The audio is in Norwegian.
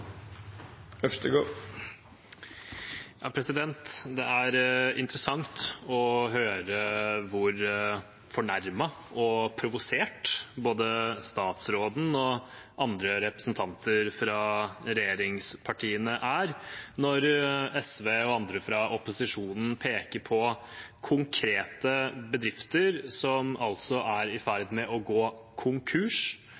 Det er interessant å høre hvor fornærmet og provosert både statsråden og representanter fra regjeringspartiene blir når SV og andre fra opposisjonen peker på konkrete bedrifter som er i